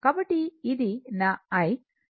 కాబట్టి ఇది నా I ఇది కోణం θ